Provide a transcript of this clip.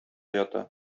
ята